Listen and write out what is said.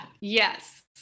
yes